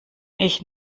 ich